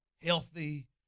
Healthy